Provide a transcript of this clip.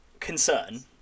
concern